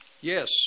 Yes